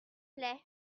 plait